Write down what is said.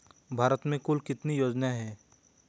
भारत में कुल कितनी योजनाएं हैं?